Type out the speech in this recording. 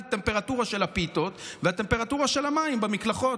על הטמפרטורה של הפיתות והטמפרטורה של המים במקלחות.